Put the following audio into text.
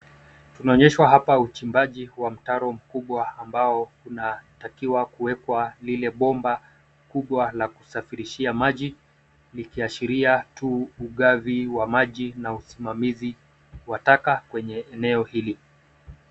Tunaonyeshwa hapa uchimbaji wa mtaro mkubwa ambao kunatakiwa kuwekwa lile bomba kubwa la kusafirishia maji likiashiria tu ugavi wa maji na usimamizi wa taka kwenye eneo hili.